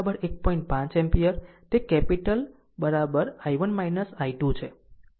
5 ampere તે capital I1 I2 છે